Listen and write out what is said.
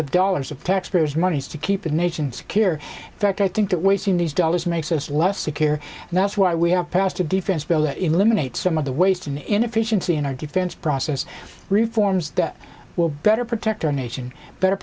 of dollars of taxpayers money to keep the nation secure that i think that wasting these dollars makes us less secure and that's why we have passed a defense bill that eliminates some of the waste and inefficiency in our defense process reforms that will better protect our nation better